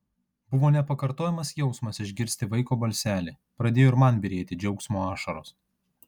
buvo nepakartojamas jausmas išgirsti vaiko balselį pradėjo ir man byrėti džiaugsmo ašaros